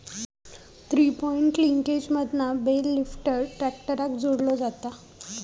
three point लिंकेजमधना bale lifter ट्रॅक्टराक जोडलो जाता